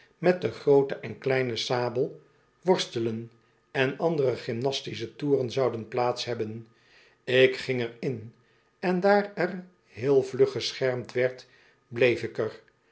met de groote en kleine sabel worstelen en andere gymnastische toeren zouden plaats hebben ik ging er in en daar er heel vlug geschermd werd bleef ik er